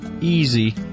easy